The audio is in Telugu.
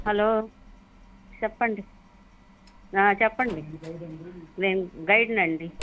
హలో చెప్పండి చెప్పండి నేను గైడ్ని అండి